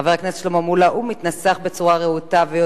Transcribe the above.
חבר הכנסת שלמה מולה מתנסח בצורה רהוטה והוא